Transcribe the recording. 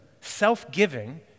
Self-giving